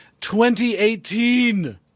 2018